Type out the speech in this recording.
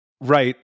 Right